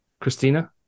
Christina